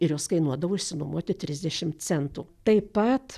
ir jos kainuodavo išsinuomoti trisdešim centų taip pat